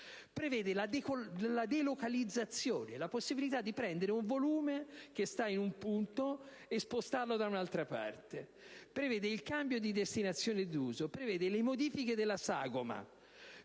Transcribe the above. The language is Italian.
prevede la delocalizzazione, la possibilità di prendere un volume che sta in un punto e spostarlo da un'altra parte; prevede inoltre il cambio di destinazione d'uso, le modifiche della sagoma;